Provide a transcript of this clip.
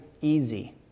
easy